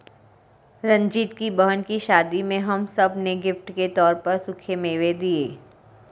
रंजीत की बहन की शादी में हम सब ने गिफ्ट के तौर पर सूखे मेवे दिए